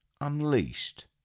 Unleashed